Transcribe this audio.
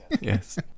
Yes